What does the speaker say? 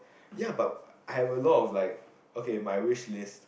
ya but I have a lot of like okay my wishlist